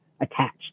attached